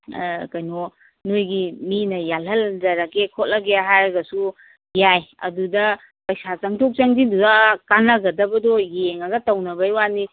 ꯀꯩꯅꯣ ꯅꯣꯏꯒꯤ ꯃꯤꯅ ꯌꯥꯜꯍꯟꯖꯔꯒꯦ ꯈꯣꯠꯂꯒꯦ ꯍꯥꯏꯔꯒꯁꯨ ꯌꯥꯏ ꯑꯗꯨꯗ ꯄꯩꯁꯥ ꯆꯪꯗꯣꯛ ꯆꯪꯖꯤꯟꯗꯨꯗ ꯀꯥꯟꯅꯒꯗꯕꯗꯣ ꯌꯦꯡꯉꯒ ꯇꯧꯅꯕꯒꯤ ꯋꯥꯅꯤ